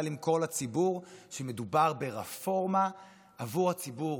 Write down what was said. למכור לציבור שמדובר ברפורמה עבור הציבור,